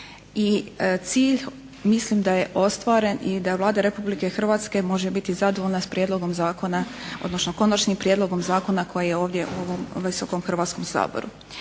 i cilj mislim da je ostvaren i da Vlada Republike Hrvatske može biti zadovoljna s prijedlogom zakona, odnosno s konačnim prijedlogom zakona koji je ovdje u ovom Visokom Hrvatskom saboru.